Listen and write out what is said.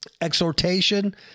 Exhortation